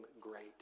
great